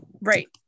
right